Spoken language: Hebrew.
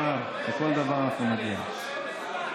הוא מאוד מאוד ותיק פה בבניין אני מבקש לדעת למה,